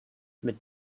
mit